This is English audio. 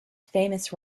famous